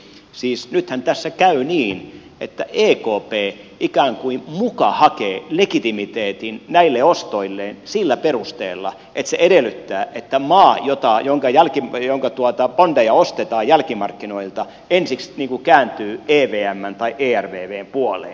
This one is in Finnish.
siis nythän tässä käy niin että ekp ikään kuin muka hakee legitimiteetin näille ostoilleen sillä perusteella että se edellyttää että maa jonka bondeja ostetaan jälkimarkkinoilta ensiksi kääntyy evmn tai ervvn puoleen